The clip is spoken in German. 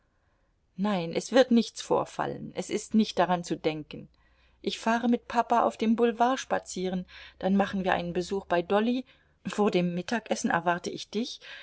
nein es wird nichts vorfallen es ist nicht daran zu denken ich fahre mit papa auf dem boulevard spazieren dann machen wir einen besuch bei dolly vor dem mittagessen erwarte ich dich